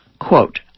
quote